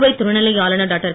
புதுவை துணைநிலை ஆளுனர் டாக்டர்